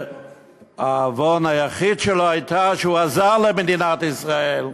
שהעוון היחיד שלו היה שהוא עזר למדינת ישראל,